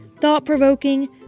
thought-provoking